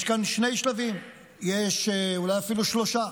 יש כאן שני שלבים, אולי אפילו שלושה.